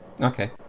Okay